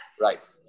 Right